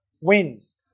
wins